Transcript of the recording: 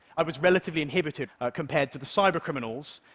i was relatively inhibited compared to the cybercriminals,